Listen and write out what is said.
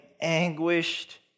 anguished